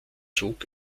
zog